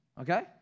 okay